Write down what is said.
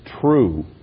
true